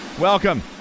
Welcome